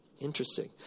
Interesting